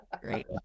great